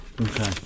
Okay